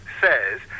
says